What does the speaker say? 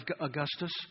Augustus